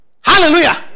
Hallelujah